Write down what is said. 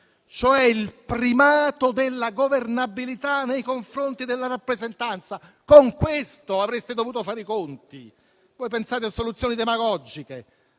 cioè il primato della governabilità nei confronti della rappresentanza: con questo avreste dovuto fare i conti. Voi pensate a soluzioni demagogiche.